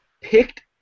picked